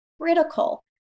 critical